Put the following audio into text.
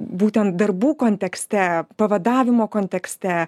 būtent darbų kontekste pavadavimo kontekste